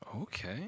Okay